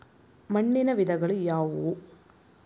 ಮಣ್ಣಿನ ವಿಧಗಳು ಯಾವುವು?